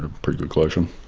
pretty good collection.